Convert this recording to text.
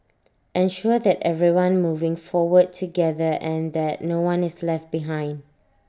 ensure that everyone moving forward together and that no one is left behind